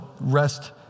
rest